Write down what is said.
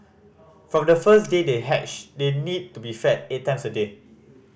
from the first day they hatch they need to be fed eight times a day